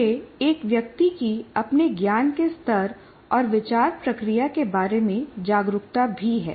यह एक व्यक्ति की अपने ज्ञान के स्तर और विचार प्रक्रिया के बारे में जागरूकता भी है